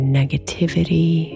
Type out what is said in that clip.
negativity